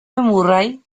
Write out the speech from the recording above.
murray